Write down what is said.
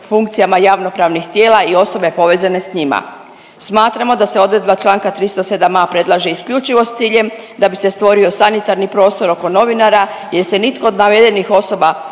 funkcijama javnopravnih tijela i osobe povezane s njima. Smatramo da se odredba Članka 307a. predlaže isključivo s ciljem da bi se stvorio sanitarni prostor oko novinara jer se nitko od navedenih osoba